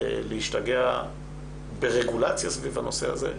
להשתגע ברגולציה סביב הנושא הזה,